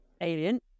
Alien